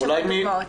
יש מספיק דוגמאות.